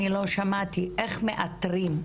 לא שמעתי איך מאתרים,